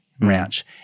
Ranch